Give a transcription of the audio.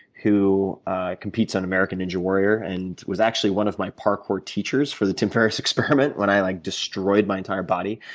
who competes on american ninja warrior and was actually one of my parkour teachers for the tim ferriss experiment when i like destroyed my entire body,